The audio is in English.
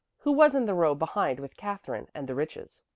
who was in the row behind with katherine and the riches.